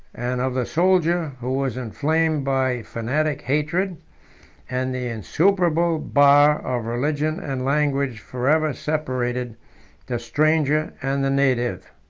and of the soldier, who was inflamed by fanatic hatred and the insuperable bar of religion and language forever separated the stranger and the native.